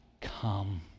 come